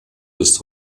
ist